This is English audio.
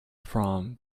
from